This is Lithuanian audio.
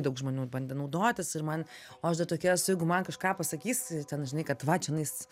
daug žmonių bandė naudotis ir man o aš da tokia esu jeigu man kažką pasakys ten žinai kad va čianais